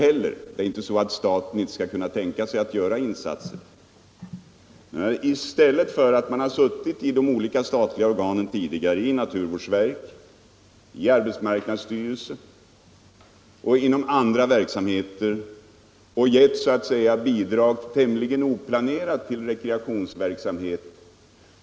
Men det är inte så att staten omöjligen kan tänka sig att göra insatser i andra kommuner. Tidigare har emellertid statliga organ, t.ex. naturvårdsverket, arbetsmarknadsstyrelsen m.fl., suttit på var sitt håll och tämligen oplanerat beviljat bidrag till rekreationsverksamhet.